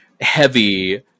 heavy